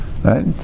Right